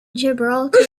gibraltar